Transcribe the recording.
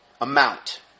amount